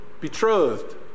betrothed